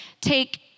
take